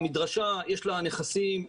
המדרשה יש לה נכסים,